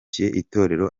itorero